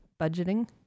Budgeting